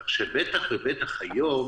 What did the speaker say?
כך שבטח ובטח היום